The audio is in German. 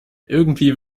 irgendwie